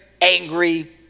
angry